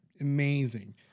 amazing